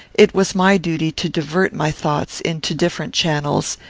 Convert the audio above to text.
it was my duty to divert my thoughts into different channels,